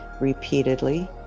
repeatedly